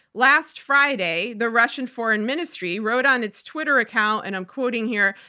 last friday, the russian foreign ministry wrote on its twitter account, and i'm quoting here,